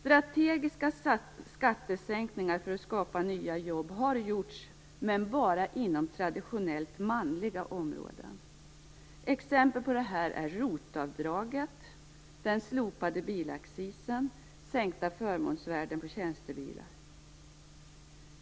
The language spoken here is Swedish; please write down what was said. Strategiska skattesänkningar för att skapa nya jobb har gjorts, men bara inom traditionellt manliga områden. Exempel på detta är ROT-avdraget, slopandet av bilaccisen och sänkta förmånsvärden på tjänstebilar.